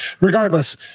regardless